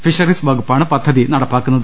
fisheries വകുപ്പാണ് പദ്ധതി നടപ്പാക്കുന്നത്